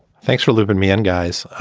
thanks for live in me and guys